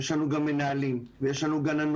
יש לנו גם מנהלים ויש לנו גננות,